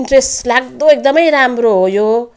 interest लाग्दो एकदमै राम्रो हो यो